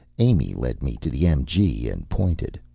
amy led me to the mg and pointed.